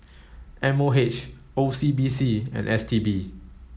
M O H O C B C and S T B